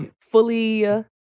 fully